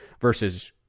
versus